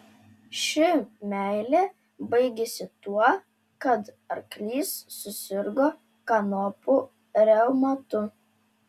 ši meilė baigėsi tuo kad arklys susirgo kanopų reumatu